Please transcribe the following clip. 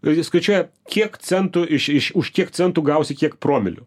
ir jie suskaičiuoja kiek centų iš iš už kiek centų gausi kiek promilių